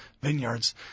vineyards